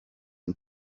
and